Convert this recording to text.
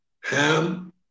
Ham